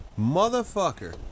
Motherfucker